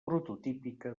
prototípica